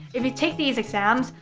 if you take these exams,